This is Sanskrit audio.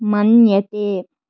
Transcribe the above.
मन्यते